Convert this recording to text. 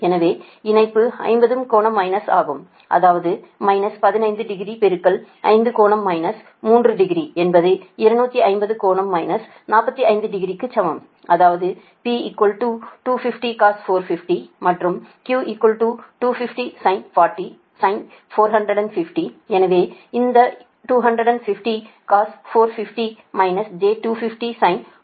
எனவே இணைப்பது 50 கோண மைனஸ் ஆகும் அதாவது மைனஸ் 15 டிகிரி பெருக்கல் 5 கோணம் மைனஸ் 30 டிகிரி என்பது 250 கோணம் மைனஸ் 45 டிகிரிக்கு சமம் அதாவது P 250 cos 450 மற்றும் Q 250 sin 450 ஏனெனில் இந்த 250 cos 450 j250sin 450